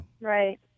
Right